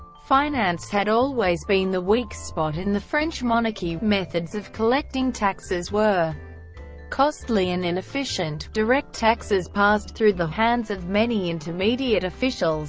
finance had always been the weak spot in the french monarchy methods of collecting taxes were costly and inefficient direct taxes passed through the hands of many intermediate officials